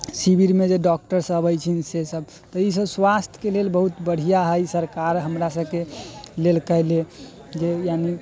शिविरमे जे डॉक्टरसभ छै सेसभ तऽ ईसभ स्वास्थ्यके लेल बहुत बढ़िआँ हइ सरकार हमरासभके लेल कयले जे यानि